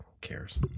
cares